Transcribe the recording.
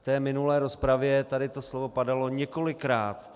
V minulé rozpravě tady to slovo padalo několikrát.